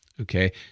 Okay